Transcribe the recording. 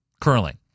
curling